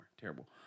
Terrible